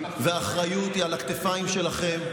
והאחריות היא על הכתפיים שלכם.